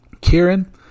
Kieran